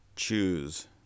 Choose